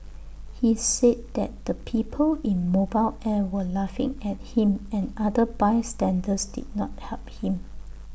he said that the people in mobile air were laughing at him and other bystanders did not help him